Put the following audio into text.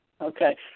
Okay